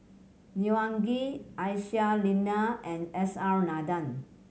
Neo Anngee Aisyah Lyana and S R Nathan